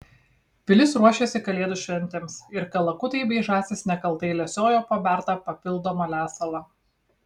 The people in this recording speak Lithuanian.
pilis ruošėsi kalėdų šventėms ir kalakutai bei žąsys nekaltai lesiojo pabertą papildomą lesalą